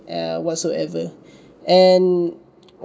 err whatsoever and